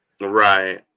Right